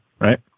right